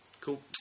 cool